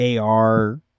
AR